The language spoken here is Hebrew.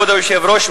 כבוד היושב-ראש,